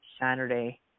Saturday